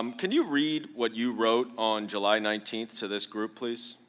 um can you read what you wrote on july nineteen to this group, please?